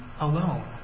alone